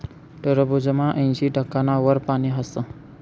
टरबूजमा ऐंशी टक्काना वर पानी हास